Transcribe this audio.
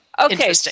Okay